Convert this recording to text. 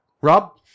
rob